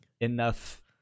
Enough